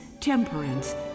temperance